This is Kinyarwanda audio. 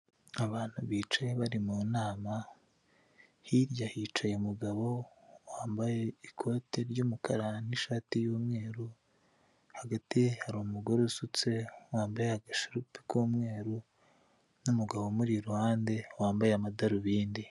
Amatara yaka cyane ndetse n'ikiraro kinyuraho imodoka, hasi no hejuru kiri mu mujyi wa Kigali muri nyanza ya kicukiro ndetse yanditseho, icyapa k'icyatsi kiriho amagambo Kigali eyapoti